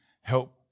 help